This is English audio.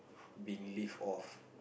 being lift off